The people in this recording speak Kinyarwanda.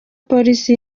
polisi